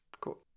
cool